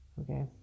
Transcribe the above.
okay